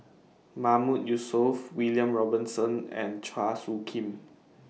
Mahmood Yusof William Robinson and Chua Soo Khim